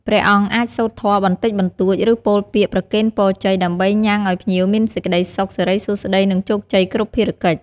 ជាអ្នកដឹកនាំខាងផ្លូវចិត្ត ជួយអប់រំ បន្ធូរនូវទុកកង្វល់ បញ្ហាផ្លូវចិត្ត ការបាក់ទឹកចិត្តជាដើម។